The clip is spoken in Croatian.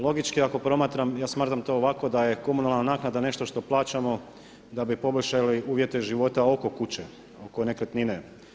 Logički ako promatram, ja smatram to ovako, da je komunalna naknada nešto što plaćamo da bi poboljšali uvjete života oko kuće, oko nekretnine.